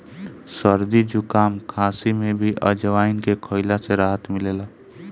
सरदी जुकाम, खासी में भी अजवाईन के खइला से राहत मिलेला